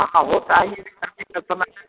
हाँ हाँ होता ही